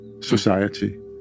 society